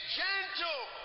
gentle